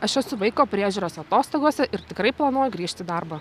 aš esu vaiko priežiūros atostogose ir tikrai planuoju grįžt į darbą